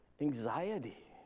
anxiety